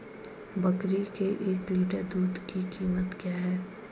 बकरी के एक लीटर दूध की कीमत क्या है?